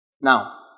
Now